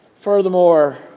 furthermore